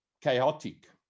chaotic